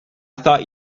thought